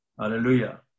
Hallelujah